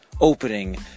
opening